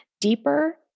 deeper